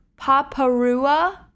Paparua